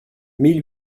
mille